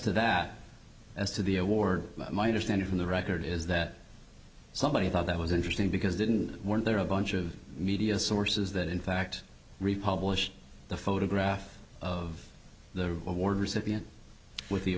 to that as to the award my understanding from the record is that somebody thought that was interesting because didn't weren't there a bunch of media sources that in fact republished the photograph of the award recipient with the